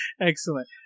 excellent